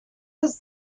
was